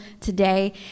today